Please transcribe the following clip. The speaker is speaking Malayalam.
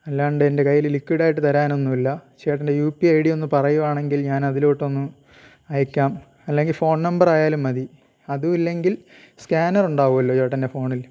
അല്ലാണ്ട് എൻ്റെ കയ്യിൽ ലിക്വിഡ് ആയിട്ട് തരാനൊന്നുമില്ല ചേട്ടൻ്റെ യു പി ഐ ഡി ഒന്ന് പറയുകയാണെങ്കിൽ ഞാൻ അതിലോട്ട് ഒന്ന് അയയ്ക്കാം അല്ലെങ്കിൽ ഫോൺ നമ്പർ ആയാലും മതി അതും ഇല്ലെങ്കിൽ സ്കാനർ ഉണ്ടാവുമല്ലോ ചേട്ടൻ്റെ ഫോണിൽ